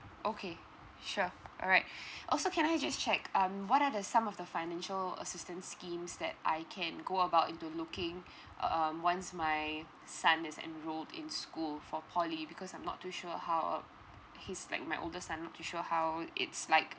okay sure alright also can I just check um what are the some of the financial assistance schemes that I can go about into looking um once my son is enrolled in school for poly because I'm not too sure how uh he's like my oldest I'm not too sure how it's like